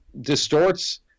distorts